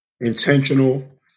intentional